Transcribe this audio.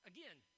Again